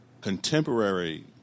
contemporary